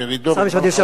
מרידור,